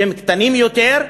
שהם קטנים יותר,